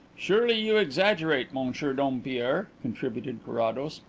surely you exaggerate, monsieur dompierre, contributed carrados.